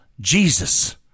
Jesus